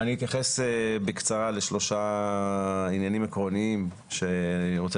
אני אתייחס בקצרה לשלושה עניינים עקרוניים שאני רוצה